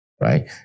right